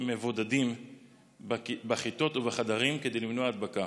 מבודדים בכיתות ובחדרים כדי למנוע הדבקה.